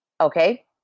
Okay